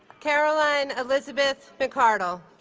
caroline elizabeth mcardle